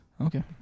okay